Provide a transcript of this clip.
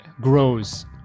grows